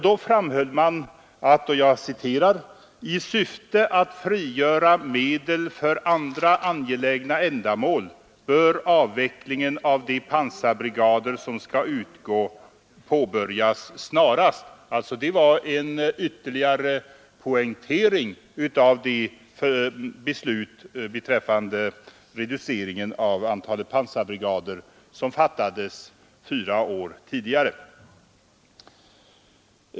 Då framhöll man att ”i syfte att frigöra medel för andra angelägna ändamål bör avvecklingen av de pansarbrigader som skall utgå påbörjas snarast”. Det var alltså en ytterligare poängtering av det beslut beträffande reduceringen av antalet pansarbrigader som fattades fyra år tidigare.